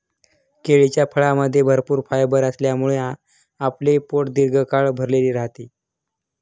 केळीच्या फळामध्ये भरपूर फायबर असल्यामुळे आपले पोट दीर्घकाळ भरलेले राहते